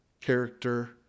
character